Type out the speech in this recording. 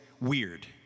weird